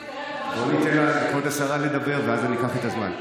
אולי ניתן לכבוד השרה לדבר ואז אני אקח את הזמן.